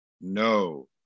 No